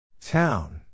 Town